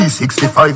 T65